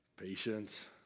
patience